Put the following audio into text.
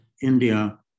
India